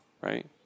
right